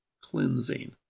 cleansing